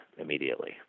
immediately